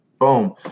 boom